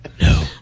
No